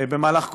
כל השנה,